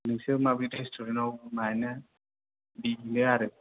नोंसोर माबायदि रेस्टुरेनाव माबानो बिदिनो आरो